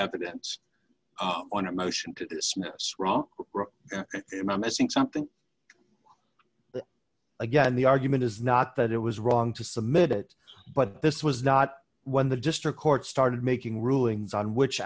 evidence on a motion to dismiss rock missing something again the argument is not that it was wrong to submit it but this was not when the district court started making rulings on which